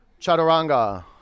chaturanga